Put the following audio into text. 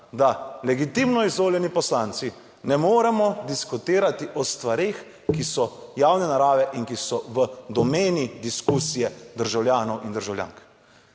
da legitimno izvoljeni poslanci ne moremo diskutirati o stvareh, ki so javne narave in ki so v domeni diskusije državljanov in državljank.